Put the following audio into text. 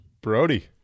brody